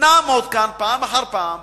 נעמוד כאן פעם אחר פעם